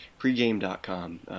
pregame.com